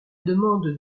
demande